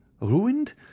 Ruined